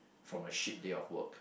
from a shit day of work